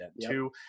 Two